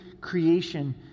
creation